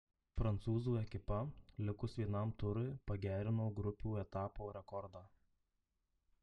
prancūzų ekipa likus vienam turui pagerino grupių etapo rekordą